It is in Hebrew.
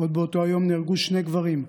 עוד באותו היום נהרגו שני גברים,